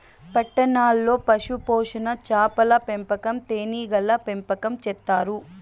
పట్టణాల్లో పశుపోషణ, చాపల పెంపకం, తేనీగల పెంపకం చేత్తారు